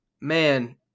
Man